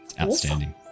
Outstanding